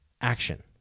action